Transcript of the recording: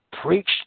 preach